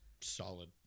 solid